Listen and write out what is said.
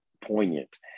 poignant